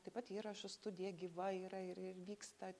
taip pat įrašų studija gyva yra ir ir vyksta